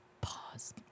Pause